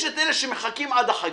יש את אלה שמחכים עד החגים,